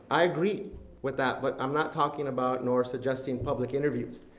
i agree with that, but i'm not talking about nor suggesting public interviews.